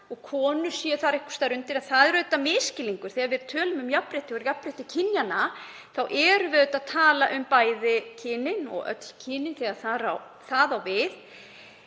að konur séu þar einhvers staðar undir. Það er auðvitað misskilningur. Þegar við tölum um jafnrétti og jafnrétti kynjanna erum við auðvitað að tala um bæði kynin og öll kynin þegar það á við,